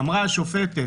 אמרה השופטת